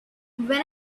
when